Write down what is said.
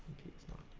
pizza time!